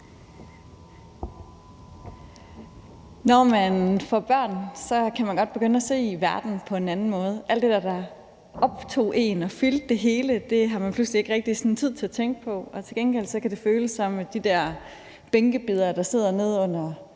Når man får børn, kan man godt begynde at se verden på en anden måde. Alt det, der optog en og fyldte det hele, har man pludselig ikke rigtig tid til at tænke på. Til gengæld kan det føles, som om de der bænkebidere, der sidder nede under